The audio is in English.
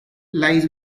lies